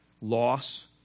loss